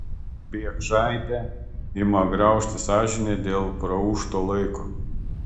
biekšaitę ima graužti sąžinė dėl praūžto laiko